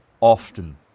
Often